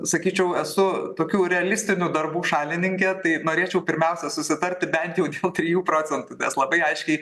sakyčiau esu tokių realistinių darbų šalininkė tai norėčiau pirmiausia susitarti bent jau dėl trijų procentų nes labai aiškiai